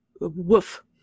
Woof